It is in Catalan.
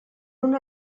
una